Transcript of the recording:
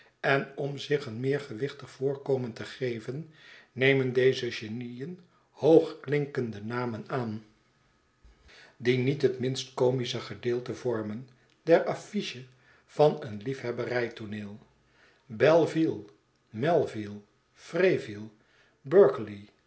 en om zich een meer gewichtig voorkomen te geven nemen deze genieen hoogklinkende namen aan die niet het minst comische gedeelte vormen der affiche van een liefhebberij tooneel belville melville